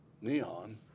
neon